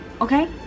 okay